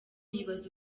yibaza